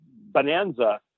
bonanza